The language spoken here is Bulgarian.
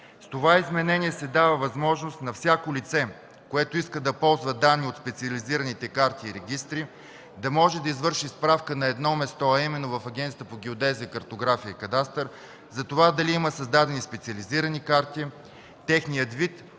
С това изменение се дава възможност на всяко лице, което иска да ползва данни от специализираните карти и регистри, да може да извърши справка на едно място, а именно в Агенцията по геодезия, картография и кадастър, за това дали има създадени специализирани карти, техният вид,